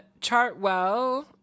chartwell